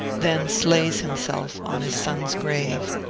then slays himself on his son's grave.